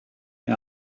you